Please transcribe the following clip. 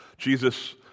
Jesus